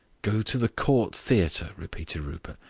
go to the court theatre? repeated rupert.